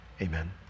amen